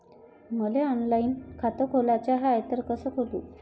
मले ऑनलाईन खातं खोलाचं हाय तर कस खोलू?